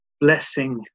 blessing